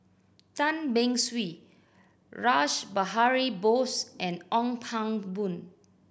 Tan Beng Swee Rash Behari Bose and Ong Pang Boon